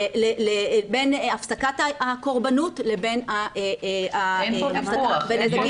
בין הפסקת הקורבנות לבין ה- -- נזקים